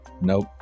nope